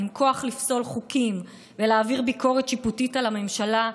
עם כוח לפסול חוקים ולהעביר ביקורת שיפוטית על הממשלה,